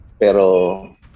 Pero